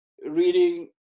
reading